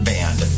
Band